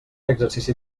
exercici